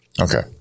okay